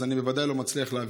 אז אני בוודאי לא מצליח להבין.